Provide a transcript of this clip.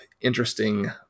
interesting